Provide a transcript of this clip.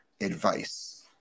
advice